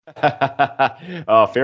Fair